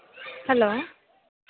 hello